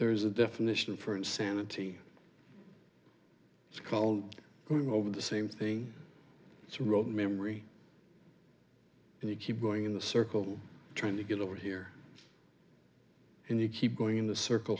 there's a definition for insanity it's called going over the same thing it's rote memory and you keep going in the circle trying to get over here and you keep going in the circle